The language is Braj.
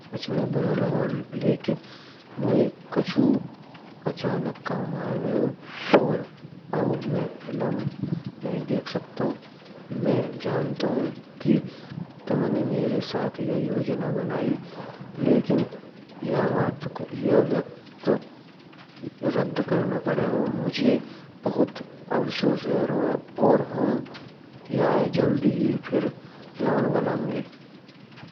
मुझे सच में बुरा लगा लेकिन मोय कछु अचानक काम आ गया और अब मैं फिल्म नहीं देख सकता। मैं जानता हूं कि तुमने मेरे साथ यह योजना बनाई। लेकिन यह बात को या वक्त रद्द करना पडेगो, मुझे बहुत अफसोस है रहो है और हम यय जल्दी ही फिर प्लान बनाएंगे।